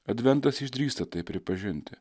adventas išdrįsta tai pripažinti